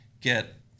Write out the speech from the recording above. get